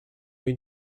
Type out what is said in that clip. jej